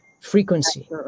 frequency